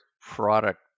product